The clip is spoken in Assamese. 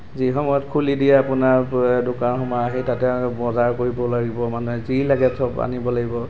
যি সময়ত খুলি দিয়ে আপোনাৰ দোকান সমাৰ সেই তাতে বজাৰ কৰিব লাগিব মানুহে যি লাগে চব আনিব লাগিব